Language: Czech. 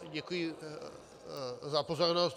Děkuji za pozornost.